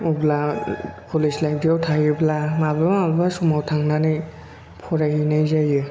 अब्ला कलेज लाइब्रियाव थायोब्ला माब्लाबा माब्लाबा समाव थांनानै फरायहैनाय जायो